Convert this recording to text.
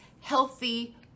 healthy